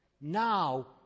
now